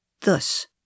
Thus